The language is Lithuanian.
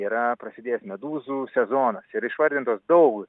yra prasidėjęs medūzų sezonas ir išvardintos daug